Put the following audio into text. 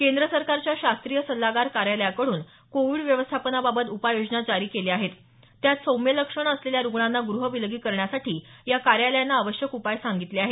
केंद्र सरकारच्या शास्त्रीय सल्लागार कार्यालयाकडून कोविड व्यवस्थापनाबाबत उपाय योजना जारी केल्या आहेत त्यात सौम्य लक्षणं असलेल्या रुग्णांना गृह विलगीकरणासाठी या कार्यालयानं आवश्यक उपाय सांगितले आहेत